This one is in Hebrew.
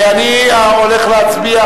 אני הולך להצביע,